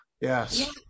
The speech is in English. yes